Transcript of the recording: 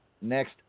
next